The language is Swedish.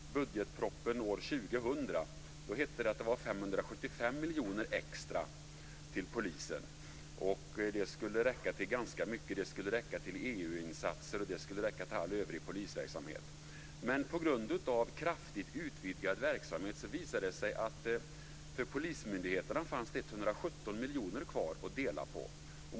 I budgetpropositionen år 2000 hette det att det var 575 miljoner extra till polisen. Det skulle räcka till ganska mycket. Det skulle räcka till insatser vid EU-toppmöten och till all övrig polisverksamhet. På grund av kraftigt utvidgad verksamhet visade det sig att det fanns 117 miljoner kvar för polismyndigheterna att dela på.